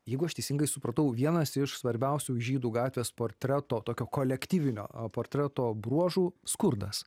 jeigu aš teisingai supratau vienas iš svarbiausių žydų gatvės portreto tokio kolektyvinio portreto bruožų skurdas